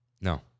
No